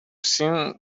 seen